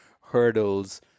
hurdles